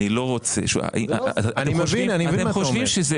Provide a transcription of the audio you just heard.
אתם חושבים שזה